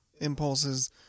impulses